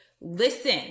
Listen